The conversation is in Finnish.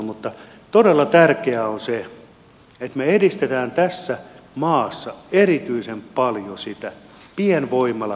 mutta todella tärkeää on se että me edistämme tässä maassa erityisen paljon pienvoimalatuotantoa